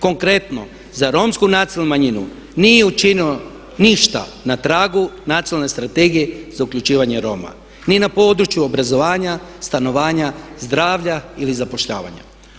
Konkretno, za Romsku nacionalnu manjinu nije učinilo ništa na tragu nacionalne strategije za uključivanje Roma, ni na području obrazovanja, stanovanja, zdravlja ili zapošljavanja.